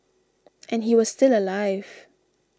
and he was still alive